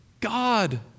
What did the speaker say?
God